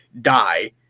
die